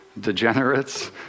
degenerates